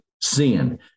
sin